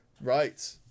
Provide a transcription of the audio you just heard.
right